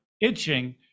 itching